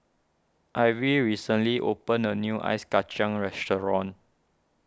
Ivie recently opened a new Ice Kachang restaurant